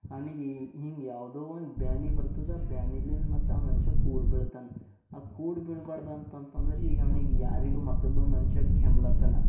ಅವ್ನಿಗೆ ಹಿಂಗೆ ಯಾವುದೋ ಒಂದು ಬ್ಯಾನಿ ಬರ್ತದ ಬ್ಯಾನಿಲಿನ್ನ ಮತತು ಆ ಮನುಷ್ಯ ಕೂಡ ಬೀಳ್ತನೆ ಆ ಕೂಡ ಬೀಳಬಾಡ್ಡಂತಂತಂದ್ರ ಈಗ ಅವ್ನಿಗೆ ಯಾರಿಗೂ ಮತ್ತೊಬ್ಬ ಮನುಷ್ಯ ಕೆಮ್ಲತ್ತನ